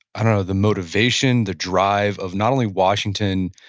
i don't know, the motivation, the drive of not only washington,